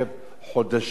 חודשים רבים,